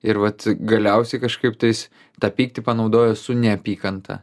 ir vat galiausiai kažkaip tais tą pyktį panaudojo su neapykanta